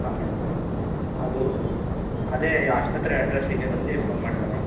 ಹಾಂ ಮೇಡಮ್ ಅದು ಅದೇ ಆಸ್ಪತ್ರೆ ಅಡ್ರಸ್ಸಿಗೆ ಬಂದು ಫೋನ್ ಮಾಡ್ಲಾ ಮೇಡಮ್